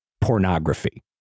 pornography